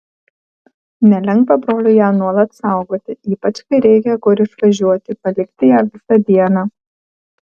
nelengva broliui ją nuolat saugoti ypač kai reikia kur išvažiuoti palikti ją visą dieną